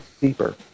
deeper